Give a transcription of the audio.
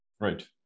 right